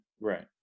right